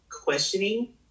questioning